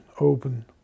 open